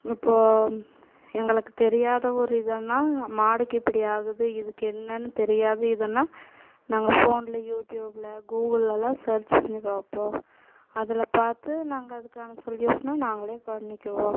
இப்போ எங்களுக்கு தெரியாத ஒரு இதுன்னா மாடுக்கு இப்படி ஆகுது இதுக்கு என்னென்னு தெரியாது இதுன்னா நாங்கள் ஃபோனில் யூட்யூப்பில் கூகுள்லலாம் சர்ச் பண்ணி பார்ப்போம் அதில் பார்த்து நாங்கள் அதுக்கான சொல்யூஷனை நாங்களே பண்ணிக்குவோம்